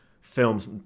films